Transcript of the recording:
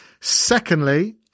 Secondly